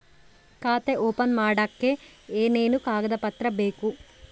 ಖಾತೆ ಓಪನ್ ಮಾಡಕ್ಕೆ ಏನೇನು ಕಾಗದ ಪತ್ರ ಬೇಕು?